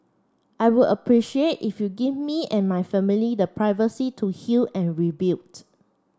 I would appreciate if you give me and my family the privacy to heal and rebuild